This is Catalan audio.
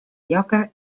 lloca